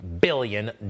billion